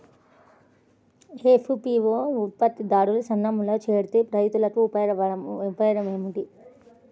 FPO ఉత్పత్తి దారుల సంఘములో చేరితే రైతులకు ఉపయోగము ఏమిటి?